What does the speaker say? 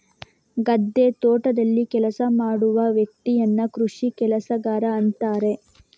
ಗದ್ದೆ, ತೋಟದಲ್ಲಿ ಕೆಲಸ ಮಾಡುವ ವ್ಯಕ್ತಿಯನ್ನ ಕೃಷಿ ಕೆಲಸಗಾರ ಅಂತಾರೆ